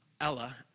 Ella